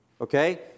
okay